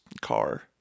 car